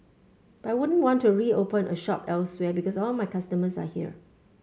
but I wouldn't want to reopen a shop elsewhere because all my customers are here